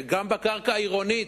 וגם בקרקע העירונית,